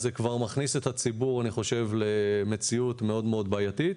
אז זה כבר מכניס את הציבור למציאות מאוד-מאוד בעייתית.